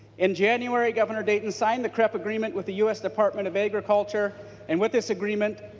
in january gov. and dayton signed the crep agreement with the us department of agriculture and with this agreement